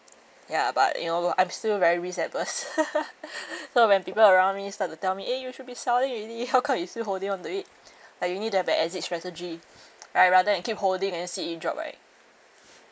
ya but you know I'm still very risk adverse so when people around me start to tell me eh you should be selling already how come you still holding on to it like you need to have an exit strategy right rather than keep holding and see it drop right